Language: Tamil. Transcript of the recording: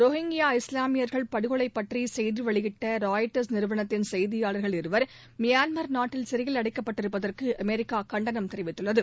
ரோஹிங்கியா இஸ்லாமியர்கள் படுகொலைபற்றிசெய்திவெளியிட்டராய்ட்டர்ஸ் நிறுவனத்தின் செய்தியாளர்கள் இருவர் மியான்மர் நாட்டில் சிறையில் அடைக்கப்பட்டிருப்பதற்குஅமெரிக்காகண்டனம் தெரிவித்துள்ளது